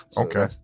Okay